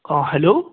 آ ہیلو